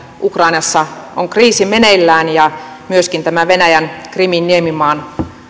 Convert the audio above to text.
ukrainassa on kriisi meneillään ja myöskin tämä venäjän krimin niemimaan